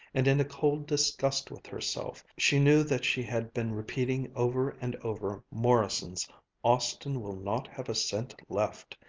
and in a cold disgust with herself she knew that she had been repeating over and over morrison's austin will not have a cent left.